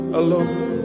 alone